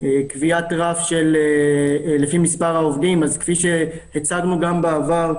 קביעת הרף לפי מספר העובדים כפי שהצגנו גם בעבר,